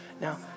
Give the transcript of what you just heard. Now